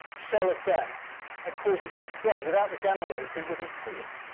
shell of gas and causes it to grow. without the gamma rays, we wouldn't see it.